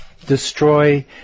destroy